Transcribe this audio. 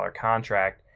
contract